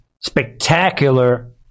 spectacular